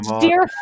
Dear